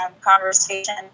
conversation